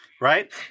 Right